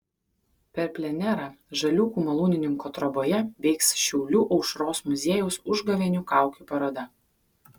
per plenerą žaliūkių malūnininko troboje veiks šiaulių aušros muziejaus užgavėnių kaukių paroda